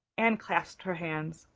anne clasped her hands,